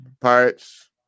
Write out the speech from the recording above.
Pirates